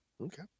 Okay